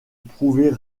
prouver